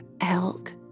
elk